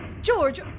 George